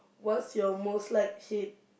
what's your most like hate